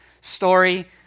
story